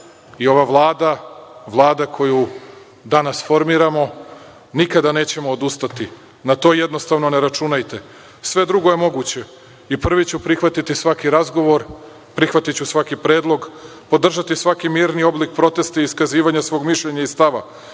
i ova Vlada, Vlada koju danas formiramo nikada nećemo odustati, na to jednostavno ne računajte, sve drugo je moguće. I, prvi ću prihvatiti svaki razgovor, prihvatiću svaki predlog, podržati svaki mirni oblik protesta i iskazivanja svog mišljenja i stava,